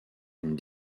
une